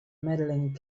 medaling